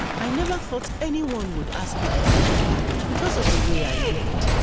i never thought anyone would ask my hand in marriage because of the way i looked.